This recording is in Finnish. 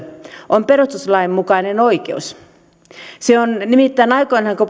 on perustuslain mukainen oikeus on nimittäin aikoinaan kun